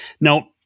Now